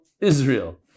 Israel